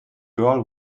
girl